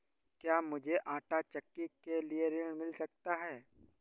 क्या मूझे आंटा चक्की के लिए ऋण मिल सकता है?